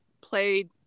played